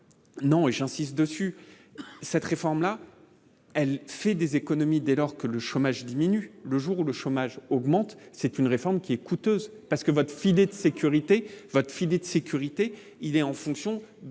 non, et j'insiste dessus cette réforme-là, elle fait des économies, dès lors que le chômage diminue, le jour où le chômage augmente, c'est une réforme qui est coûteuse parce que votre filet de sécurité votre filet